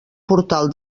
portal